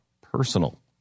personal